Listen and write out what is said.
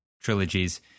trilogies